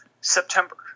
September